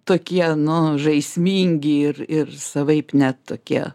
tokie nu žaismingi ir ir savaip net tokie